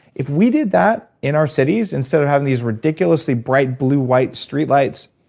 if we did that in our cities instead of having these ridiculously bright blue-white streetlights,